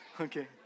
okay